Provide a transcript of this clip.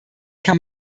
kann